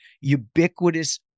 ubiquitous